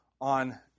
on